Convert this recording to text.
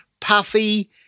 puffy